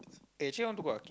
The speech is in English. eh actually I want to go arcade